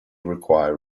require